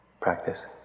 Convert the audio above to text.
practice